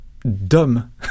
Dumb